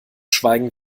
schweigen